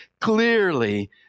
clearly